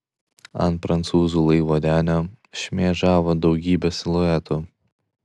ant prancūzų laivo denio šmėžavo daugybė siluetų